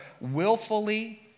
willfully